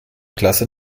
klasse